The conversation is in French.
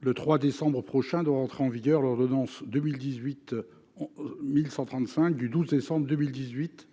le 3 décembre prochain doit entrer en vigueur l'ordonnance n° 2018-1135 du 12 décembre 2018.